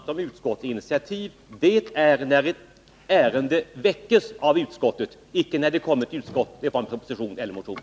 Herr talman! Torsten Bengtson har talat om utskottsinitiativ. Det är när ett ärende väcks av utskottet, icke när det kommer till utskottet i form av en proposition eller en motion.